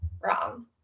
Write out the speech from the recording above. wrong